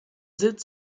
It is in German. sitz